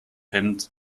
hemd